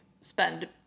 spend